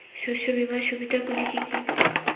শস্য বিমার সুবিধাগুলি কি কি?